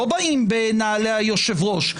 לא באים בנעלי היושב-ראש,